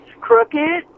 crooked